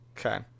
Okay